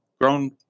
grown